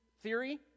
theory